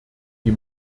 die